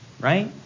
right